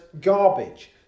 garbage